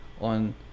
on